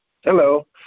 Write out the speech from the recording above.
hello